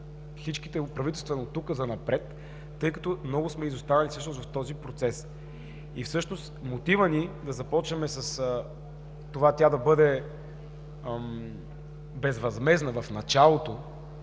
всичките правителства оттук занапред, тъй като много сме изостанали в този процес. Всъщност мотивът ни да започнем с това тя да бъде безвъзмездна в началото,